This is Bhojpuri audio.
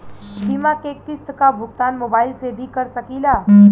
बीमा के किस्त क भुगतान मोबाइल से भी कर सकी ला?